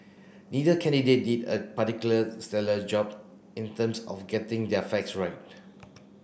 neither candidate did a particular stellar job in terms of getting their facts right